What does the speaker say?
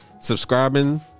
subscribing